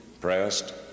pressed